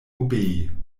obei